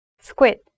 Squid